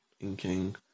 Inking